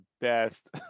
best